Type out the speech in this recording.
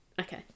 okay